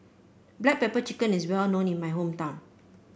Black Pepper Chicken is well known in my hometown